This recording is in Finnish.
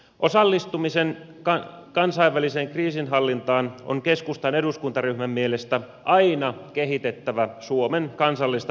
osallistumisen kansainväliseen kriisinhallintaan on keskustan eduskuntaryhmän mielestä aina kehitettävä suomen kansallista puolustuskykyä